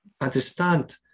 understand